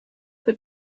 but